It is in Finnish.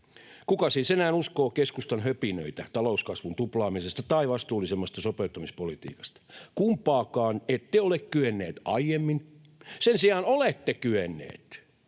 Kuka siis enää uskoo keskustan höpinöitä talouskasvun tuplaamisesta tai vastuullisemmasta sopeuttamispolitiikasta? Kumpaankaan ette ole kyenneet aiemmin. Sen sijaan olette kyenneet